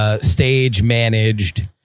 stage-managed